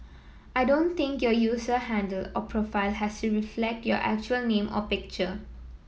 I don't think your user handle or profile has to reflect your actual name or picture